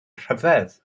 rhyfedd